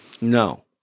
No